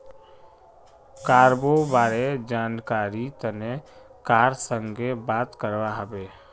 cargo बारे जानकरीर तने कार संगे बात करवा हबे